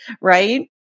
right